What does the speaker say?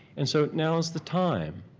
and so now is the time.